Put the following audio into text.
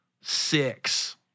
six